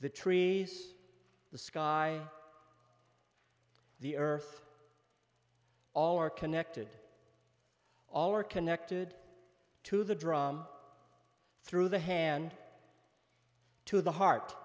the trees the sky the earth all are connected all are connected to the drum through the hand to the heart